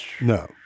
No